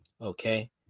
Okay